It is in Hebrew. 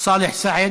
סאלח סעד.